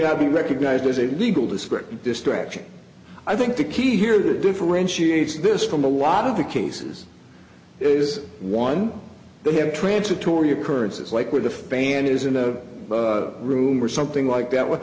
not be recognized as a legal description distraction i think the key here that differentiates this from a lot of the cases is one they have transitory occurrences like where the fan is in a room or something like that what